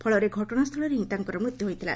ଫଳରେ ଘଟଣାସ୍ଚଳରେ ହିଁ ତାଙ୍କର ମୃତ୍ୟୁ ହୋଇଥିଲା